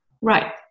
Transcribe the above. Right